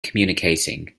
communicating